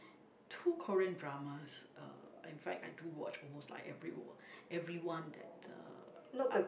two Korean dramas uh in fact I do watch almost like every everyone that uh up